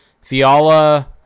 Fiala